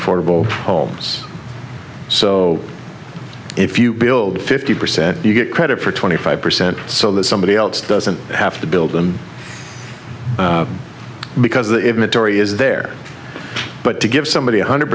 affordable homes so if you build fifty percent you get credit for twenty five percent so that somebody else doesn't have to build them because the majority is there but to give somebody one hundred